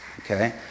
Okay